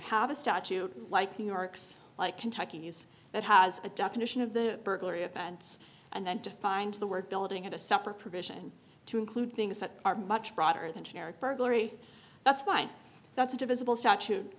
have a statute like the yorks like kentucky's that has a definition of the burglary events and then defines the word building in a separate provision to include things that are much broader than generic burglary that's fine that's a divisible statute